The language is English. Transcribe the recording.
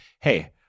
hey